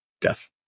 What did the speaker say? death